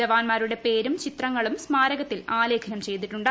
ജവാന്മാരുടെ പേരും ചിത്രങ്ങളും സ്മാരകത്തിൽ ആലേഖനം ചെയ്തിട്ടുണ്ട്